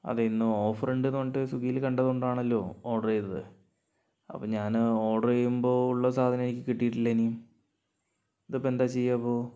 അതെ ഇന്ന് ഓഫർ ഉണ്ടെന്നു പറഞ്ഞിട്ട് സ്വിഗ്ഗിയിൽ കണ്ടതുകൊണ്ടാണല്ലോ ഓർഡർ ചെയ്തത് അപ്പോൾ ഞാൻ ഓർഡർ ചെയ്യുമ്പോൾ ഉള്ള സാധനം എനിക്ക് കിട്ടിയിട്ടില്ല ഇനിയും ഇതിപ്പോൾ എന്താ ചെയ്യുക അപ്പോൾ